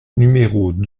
numéros